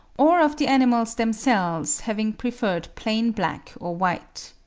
or of the animals themselves having preferred plain black or white.